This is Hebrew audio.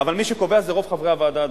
אבל מי שקובע זה רוב חברי הוועדה,